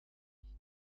nicht